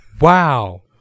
Wow